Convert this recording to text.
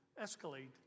escalate